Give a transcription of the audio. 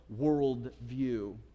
worldview